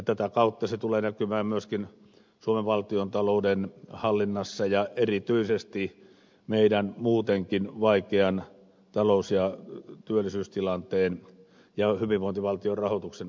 tätä kautta se tulee näkymään myöskin suomen valtiontalouden hallinnassa ja erityisesti meidän muutenkin vaikean talous ja työllisyystilanteemme ja hyvinvointivaltion rahoituksen osalta